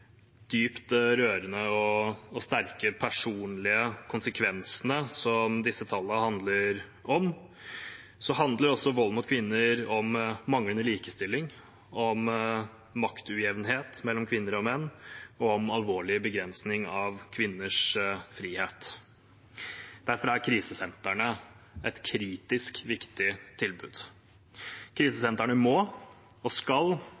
dypt rørende og sterke personlige konsekvensene som disse tallene handler om, handler også vold mot kvinner om manglende likestilling, om maktujevnhet mellom kvinner og menn og om alvorlig begrensning av kvinners frihet. Derfor er krisesentrene et kritisk viktig tilbud. Krisesentrene må og skal